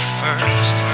first